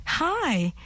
Hi